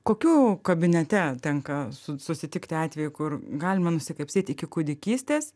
kokių kabinete tenka su susitikti atvejų kur galima nusikapstyt iki kūdikystės